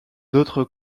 d’autres